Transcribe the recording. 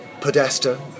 Podesta